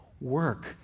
work